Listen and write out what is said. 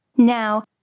Now